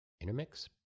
Intermix